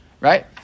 Right